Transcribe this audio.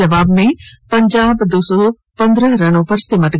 जवाब में पंजाब दो सौ पंद्रह रनों पर सिमट गया